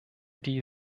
die